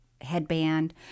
headband